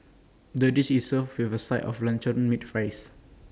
the dish is served with A side of luncheon meat fries